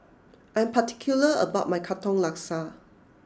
I'm particular about my Katong Laksa